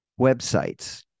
websites